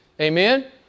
Amen